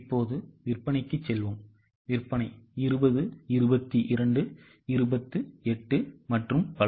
இப்போது விற்பனைக்கு செல்வோம்விற்பனை 20 22 28 மற்றும் பல